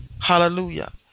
Hallelujah